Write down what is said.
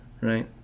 right